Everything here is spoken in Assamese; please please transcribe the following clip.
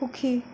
সুখী